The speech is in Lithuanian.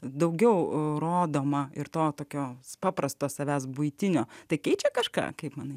daugiau rodoma ir to tokio paprasto savęs buitinio tai keičia kažką kaip manai